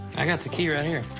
i got the key right here.